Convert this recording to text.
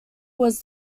was